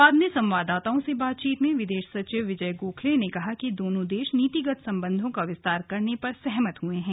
बाद में संवाददाताओं से बातचीत में विदेश सचिव विजय गोखले ने कहा कि दोनों देश नीतिगत संबंधों का विस्तार करने पर सहमत हुए हैं